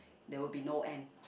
there will be no end